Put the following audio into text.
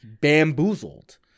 bamboozled